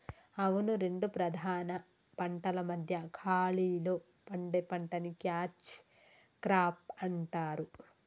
అవును రెండు ప్రధాన పంటల మధ్య ఖాళీలో పండే పంటని క్యాచ్ క్రాప్ అంటారు